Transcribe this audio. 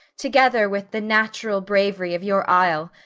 together with the natural bravery of your isle,